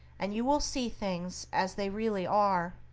and you will see things as they really are.